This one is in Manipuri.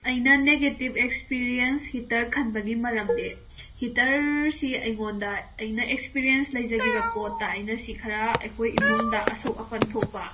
ꯑꯩꯅ ꯅꯦꯒꯦꯇꯤꯞ ꯑꯦꯛꯁꯄꯤꯔꯤꯌꯦꯟꯁ ꯍꯤꯇꯔ ꯈꯟꯕꯒꯤ ꯃꯔꯝꯗꯤ ꯍꯤꯇꯔꯁꯤ ꯑꯩꯉꯣꯟꯗ ꯑꯩꯅ ꯑꯦꯛꯁꯄꯤꯔꯤꯌꯦꯟꯁ ꯂꯩꯖꯈꯤꯕ ꯄꯣꯠꯇ ꯑꯩꯅ ꯁꯤ ꯈꯔ ꯑꯩꯈꯣꯏ ꯏꯃꯨꯡꯗ ꯑꯁꯣꯛ ꯑꯄꯟ ꯊꯣꯛꯄ